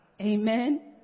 Amen